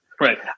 Right